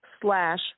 slash